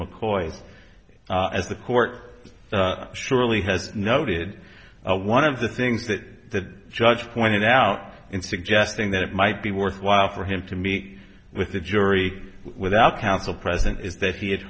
mccoys as the court surely has noted one of the things that the judge pointed out in suggesting that it might be worthwhile for him to meet with the jury without counsel present is that he had